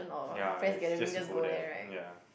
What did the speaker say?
ya yes just to go there ya